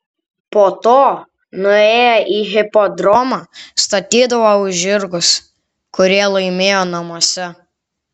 po to nuėję į hipodromą statydavo už žirgus kurie laimėjo namuose